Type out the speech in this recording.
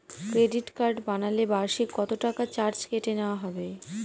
Credit card বানালে বার্ষিক কত টাকা চার্জ কেটে নেওয়া হবে?